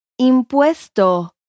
Impuesto